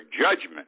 judgment